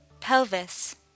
pelvis